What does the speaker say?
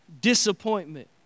disappointment